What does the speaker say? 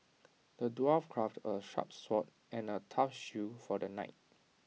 the dwarf crafted A sharp sword and A tough shield for the knight